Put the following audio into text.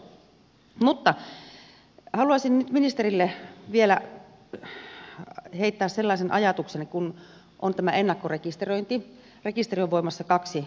haluaisin nyt ministerille vielä heittää sellaisen ajatuksen kun on tämä ennakkorekisteröinti ja rekisteri on voimassa kaksi vuotta